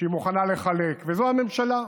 שהיא מוכנה לחלק, וזאת הממשלה,